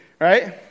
Right